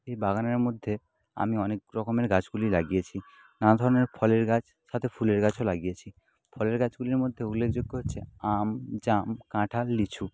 এই বাগানের মধ্যে আমি অনেক রকমের গাছগুলি লাগিয়েছি নানা ধরনের ফলের গাছ সাথে ফুলের গাছও লাগিয়েছি ফলের গাছগুলির মধ্যে উল্লেখযোগ্য হচ্ছে আম জাম কাঁঠাল লিচু